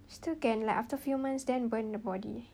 still can like after few months then burn the body